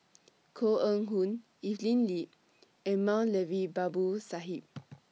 Koh Eng Hoon Evelyn Lip and Moulavi Babu Sahib